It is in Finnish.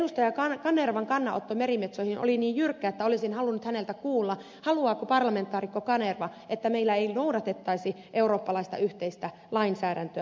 kanervan kannanotto merimetsoihin oli niin jyrkkä että olisin halunnut häneltä kuulla haluaako parlamentaarikko kanerva että meillä ei noudatettaisi eurooppalaista yhteistä lainsäädäntöä